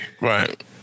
Right